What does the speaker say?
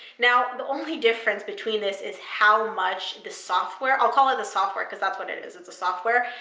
now, the only difference between this is how much the software. i'll call it the software because that's what it is, it's a software.